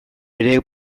ere